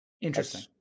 Interesting